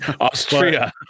Austria